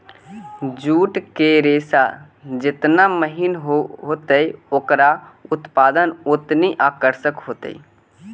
jute के रेशा जेतना महीन होतई, ओकरा उत्पाद उतनऽही आकर्षक होतई